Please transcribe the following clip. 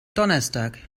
donnerstag